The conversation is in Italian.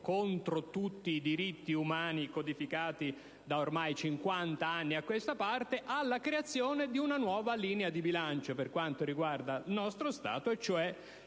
contro tutti i diritti umani codificati da cinquant'anni a questa parte, alla creazione di una nuova linea di bilancio per il nostro Stato, cioè